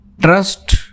trust